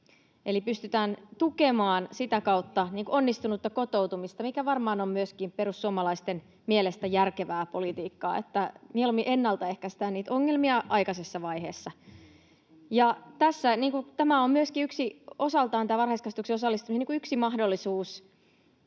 pystytään tukemaan sitä kautta onnistunutta kotoutumista, mikä varmaan on myöskin perussuomalaisten mielestä järkevää politiikkaa, että mieluummin ennaltaehkäistään niitä ongelmia aikaisessa vaiheessa. Tämä varhaiskasvatukseen osallistuminen on myöskin